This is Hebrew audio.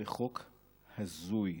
בחוק הזוי,